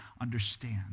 understand